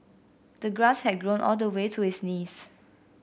the grass had grown all the way to his knees